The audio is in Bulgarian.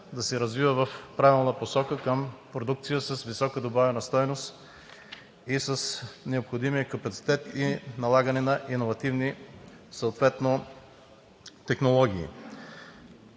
да се развива в правилната посока към продукция с висока добавена стойност, с необходимия капацитет и съответно налагане на иновативни технологии.